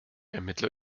ermittler